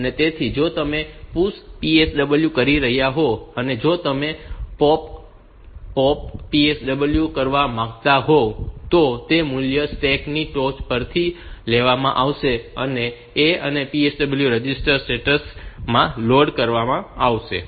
તેથી જો તમે PUSH PSW કરી રહ્યા હોવ અને જો તમે POP POP PSW કરવા માંગતા હોવ તો તે મૂલ્યો સ્ટેક ની ટોચ પરથી લેવામાં આવશે અને A અને PSW રજિસ્ટર સ્ટેટસ રજિસ્ટર માં લોડ કરવામાં આવશે